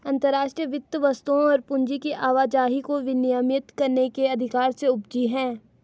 अंतर्राष्ट्रीय वित्त वस्तुओं और पूंजी की आवाजाही को विनियमित करने के अधिकार से उपजी हैं